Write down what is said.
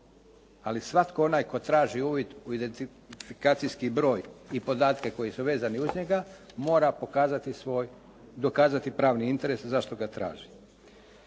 Ali svatko onaj tko traži uvid u identifikacijski broj i podatke koji su vezani uz njega mora dokazati pravni interes zašto ga traži.